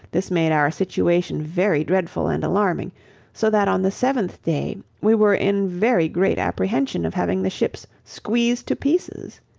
this made our situation very dreadful and alarming so that on the seventh day we were in very great apprehension of having the ships squeezed to pieces.